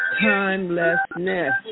timelessness